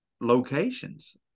locations